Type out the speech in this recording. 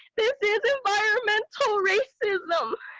this is environmental racism.